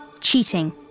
Cheating